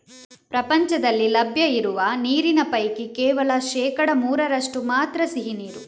ಪ್ರಪಂಚದಲ್ಲಿ ಲಭ್ಯ ಇರುವ ನೀರಿನ ಪೈಕಿ ಕೇವಲ ಶೇಕಡಾ ಮೂರರಷ್ಟು ಮಾತ್ರ ಸಿಹಿ ನೀರು